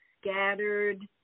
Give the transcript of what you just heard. scattered